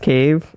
Cave